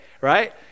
right